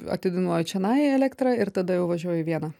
atidainuoju čionai elektrą ir tada jau važiuoju į vieną